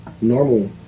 normal